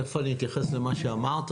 תיכף אני אתייחס למה שאמרת.